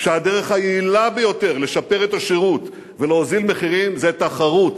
שהדרך היעילה ביותר לשפר את השירות ולהוריד מחירים היא תחרות.